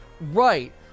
Right